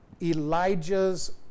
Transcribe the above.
Elijah's